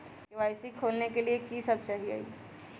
KYC का का खोलने के लिए कि सब चाहिए?